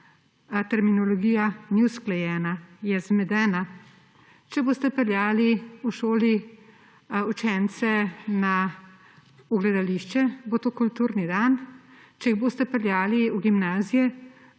Terminologija ni usklajena, je zmedena. Če boste peljali v šoli učence v gledališče, bo to kulturni dan, če jih boste peljali v gimnaziji